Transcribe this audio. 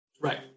Right